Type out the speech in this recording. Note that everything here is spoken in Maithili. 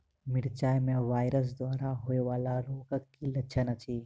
मिरचाई मे वायरस द्वारा होइ वला रोगक की लक्षण अछि?